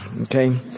okay